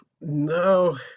No